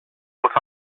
what